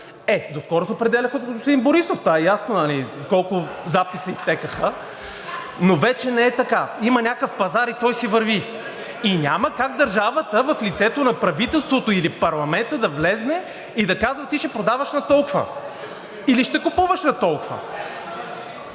Е, до скоро се определяха от господин Борисов, това е ясно – колко записи изтекоха, но вече не е така. Има някакъв пазар и той си върви и няма как държавата в лицето на правителството или парламента да влезе и да казва ти ще продаваш на толкова или ще купуваш на толкова.